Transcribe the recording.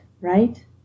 right